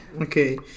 okay